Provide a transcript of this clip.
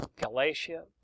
Galatia